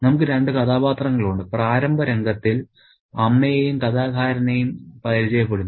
നമുക്ക് രണ്ട് കഥാപാത്രങ്ങളുണ്ട് പ്രാരംഭ രംഗത്തിൽ അമ്മയേയും കഥാകാരനേയും പരിചയപ്പെടുത്തുന്നു